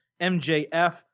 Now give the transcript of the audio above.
MJF